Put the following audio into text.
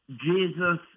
Jesus